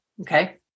Okay